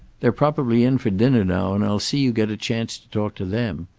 they're probably in for dinner now, and i'll see you get a chance to talk to them.